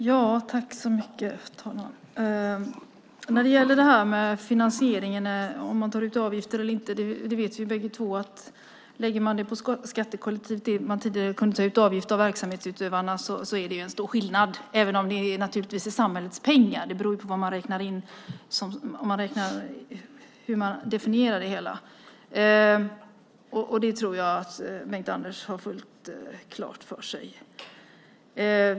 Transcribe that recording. Herr talman! När det gäller finansieringen, om man tar ut avgifter eller inte, vet vi bägge att det är en stor skillnad om man lägger det på skattekollektivet när man tidigare kunde ta ut en avgift av verksamhetsutövarna. Det är naturligtvis samhällets pengar - det beror på hur man definierar det hela. Jag tror att Bengt-Anders har det fullt klart för sig.